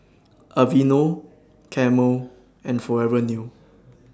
Aveeno Camel and Forever New